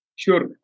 Sure